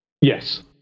Yes